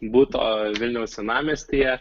buto vilniaus senamiestyje